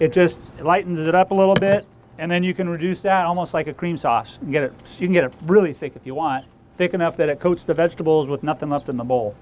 it just lighten it up a little bit and then you can reduce down almost like a cream sauce you get it you can get really sick if you want thick enough that it coats the vegetables with nothing left in the bowl